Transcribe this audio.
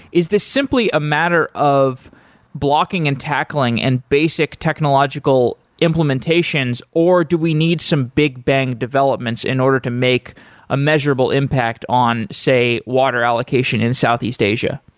is this simply a matter of blocking and tackling and basic technological implementations, or do we need some big bang developments in order to make a measurable impact on, say, water allocation in the southeast asia?